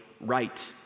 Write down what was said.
right